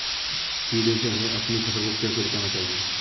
कीड़े से हमें अपनी फसल को कैसे बचाना चाहिए?